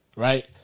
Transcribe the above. Right